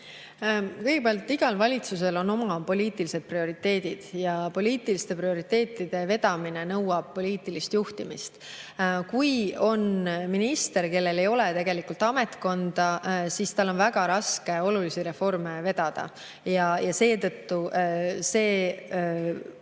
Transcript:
Kõigepealt, igal valitsusel on oma poliitilised prioriteedid ja poliitiliste prioriteetide vedamine nõuab poliitilist juhtimist. Kui on minister, kellel ei ole tegelikult ametkonda, siis on tal väga raske olulisi reforme vedada. See valitsuse